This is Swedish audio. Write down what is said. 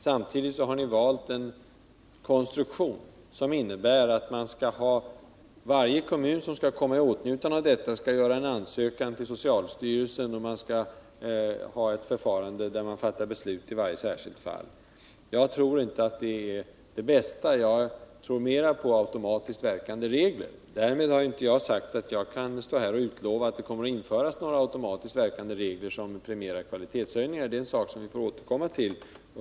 Samtidigt har man valt en konstruktion som innebär att varje kommun som vill komma i åtnjutande av dessa medel skall inlämna en ansökan till socialstyrelsen, varvid beslut fattas i varje särskilt fall. Jag tror inte att det är det bästa sättet. I stället tror jag mer på automatiskt verkande regler. Därmed har jag inte utlovat att automatiskt verkande regler som premierar kvalitetshöjningar kommer att införas. Det är en sak som vi får återkomma till.